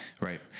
Right